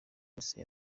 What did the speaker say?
wese